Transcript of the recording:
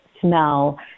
smell